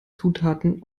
zutaten